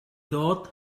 ddod